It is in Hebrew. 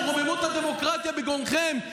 ורוממות הדמוקרטיה בגרונכם,